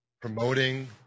promoting